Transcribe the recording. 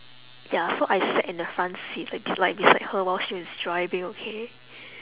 ya so I sat in the front seat like b~ like beside her while she's driving okay